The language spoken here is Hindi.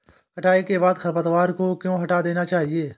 कटाई के बाद खरपतवार को क्यो हटा देना चाहिए?